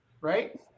right